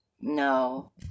No